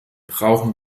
brauchen